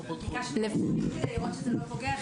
ביקשנו נתונים כדי לראות שזה לא פוגע,